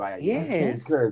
Yes